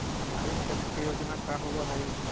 सामाजिक क्षेत्र के योजना का होव हइ?